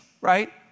right